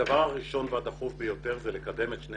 הדבר הראשון והדחוף ביותר הוא לקדם את שני